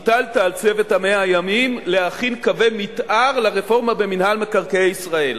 הטלת על צוות 100 הימים להכין קווי מיתאר לרפורמה במינהל מקרקעי ישראל.